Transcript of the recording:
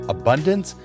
abundance